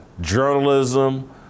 journalism